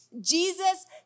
Jesus